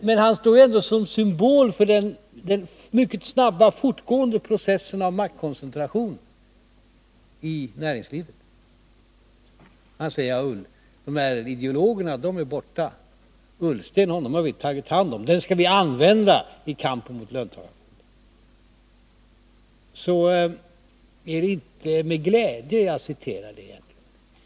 Men han står ändå som en symbol för den mycket snabbt fortgående processen av maktkoncentration i näringslivet. Nu säger han att ideologerna är borta och att vi har tagit hand om Ola Ullsten. Honom skall vi använda i kampen mot löntagarfonderna. Det är inte med glädje som jag återger detta.